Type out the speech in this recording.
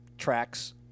tracks